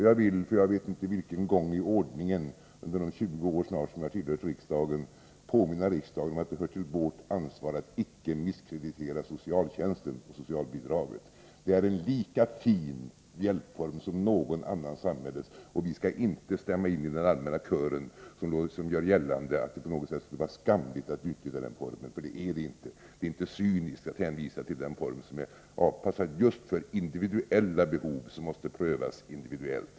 Jag vill — för vilken gång i ordningen under de snart 20 år som jag har tillhört riksdagen vet jag inte — påminna riksdagen om att det hör till vårt ansvar att inte misskreditera socialtjänsten och socialbidragen. Det är en lika fin hjälpform som någon annan i samhället, och vi skall inte stämma in i den allmänna kör som gör gällande att det på något sätt skulle vara skamligt att utnyttja den formen. Så är det inte. Det är inte cyniskt att hänvisa till den form som är avpassad just för individuella behov, som måste prövas individuellt.